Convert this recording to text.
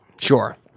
Sure